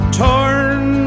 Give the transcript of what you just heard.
torn